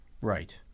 Right